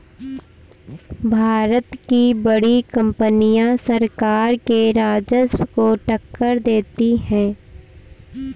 भारत की बड़ी कंपनियां सरकार के राजस्व को टक्कर देती हैं